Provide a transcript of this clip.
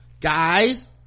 guys